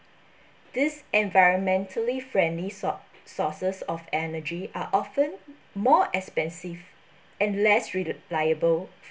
this environmentally friendly sor~ sources of energy are often more expensive and less reliable